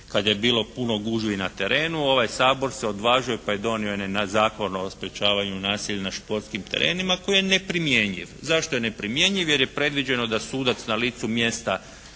kad je bilo puno gužvi na terenu. Ovaj Sabor se odvažio pa je donio jedan Zakon o sprječavanju nasilja na športskim terenima koji je neprimjenjiv. Zašto je neprimjenjiv? Jer je predviđeno da sudac na licu mjesta